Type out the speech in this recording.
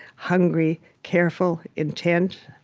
hungry, careful, intent.